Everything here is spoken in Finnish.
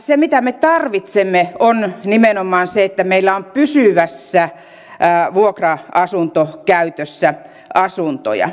se mitä me tarvitsemme on nimenomaan se että meillä on pysyvässä vuokra asuntokäytössä asuntoja